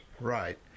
Right